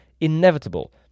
inevitable